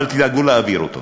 אבל תדאגו להעביר אותו.